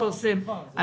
אז סיבות.